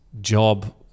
job